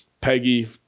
Peggy